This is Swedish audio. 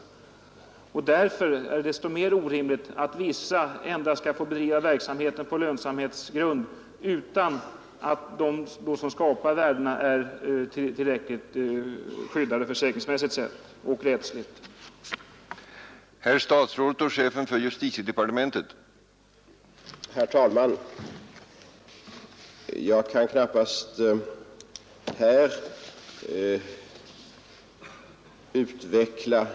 Det är därför desto mer orimligt att vissa personer skall få bedriva verksamhet helt på lönsamhetsbasis utan att ge dem som producerar nyttigheterna ett tillräckligt försäkringsmässigt och rättsligt skydd.